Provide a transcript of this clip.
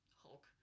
Hulk